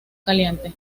caliente